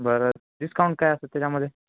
बरं डिस्काउंट काय असतात त्याच्यामध्ये